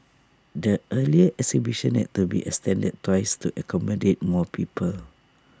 the earlier exhibition had to be extended twice to accommodate more people